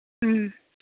ꯎꯝ